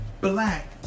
black